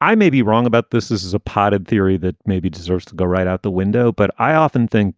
i may be wrong about this. this is a potted theory that maybe deserves to go right out the window. but i often think